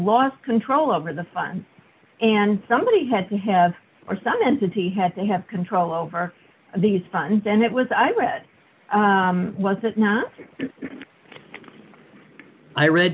lost control over the fun and somebody had to have are some entity had to have control over these funds and it was i've read was it not i read